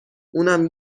اونم